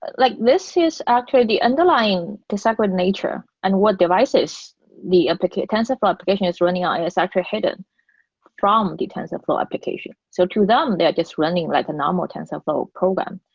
but like this is actually the underlying disaggregate nature and what devices the tensorflow application is running on and it's actually hidden from the tensorflow application. so to them, they are just running like a normal tensorflow program.